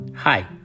Hi